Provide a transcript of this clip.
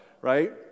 right